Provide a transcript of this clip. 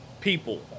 people